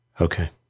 Okay